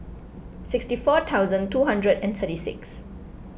sixty four thousand two hundred and thirty six